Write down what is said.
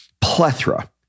plethora